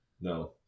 No